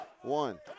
One